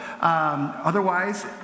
Otherwise